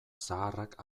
zaharrak